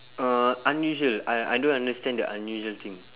uh unusual I I don't understand the unusual thing